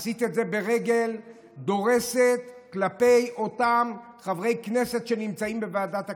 עשית את זה ברגל דורסת כלפי אותם חברי כנסת שנמצאים בוועדת הכלכלה.